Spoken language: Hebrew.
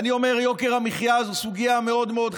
אני אומר שיוקר המחיה הוא סוגיה מאוד מאוד חשובה,